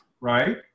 right